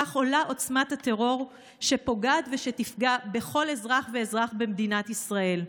כך עולה עוצמת הטרור שפוגעת ושתפגע בכל אזרח ואזרח במדינת ישראל.